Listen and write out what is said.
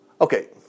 Okay